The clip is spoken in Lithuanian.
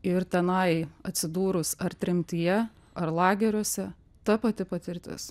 ir tenai atsidūrus ar tremtyje ar lageriuose ta pati patirtis